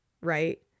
right